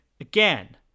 Again